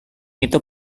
itu